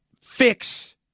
fix